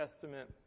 Testament